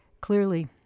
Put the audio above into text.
clearly